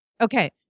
Okay